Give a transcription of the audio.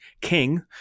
king